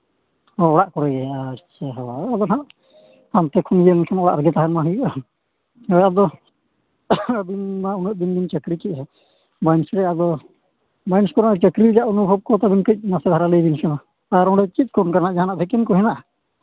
ᱚᱲᱟᱜ ᱠᱚᱨᱮ ᱜᱮ ᱟᱪᱪᱷᱟ ᱦᱳᱭ ᱟᱫᱚ ᱦᱟᱸᱜ ᱚᱲᱟᱜ ᱨᱮᱜᱮ ᱛᱟᱦᱮᱱ ᱢᱟ ᱦᱩᱭᱩᱜᱼᱟ ᱦᱳᱭ ᱟᱫᱚ ᱟᱹᱵᱤᱱ ᱢᱟ ᱩᱱᱟᱹᱜ ᱫᱤᱱ ᱵᱮᱱ ᱪᱟᱹᱠᱨᱤ ᱠᱮᱫ ᱪᱟᱹᱠᱨᱤ ᱨᱮᱭᱟᱜ ᱚᱱᱩᱵᱷᱚᱵᱽ ᱠᱚ ᱠᱟᱹᱡ ᱱᱟᱥᱮ ᱫᱷᱟᱨᱟ ᱞᱟᱹᱭᱟᱹᱧ ᱵᱤᱱ ᱥᱮ ᱢᱟ ᱟᱨ ᱚᱸᱰᱮ ᱪᱮᱫ ᱠᱚ ᱚᱱᱠᱟᱱᱟᱜ ᱡᱟᱦᱟᱱᱟᱜ ᱵᱷᱮᱠᱮᱱᱴ ᱠᱚ ᱢᱮᱱᱟᱜᱼᱟ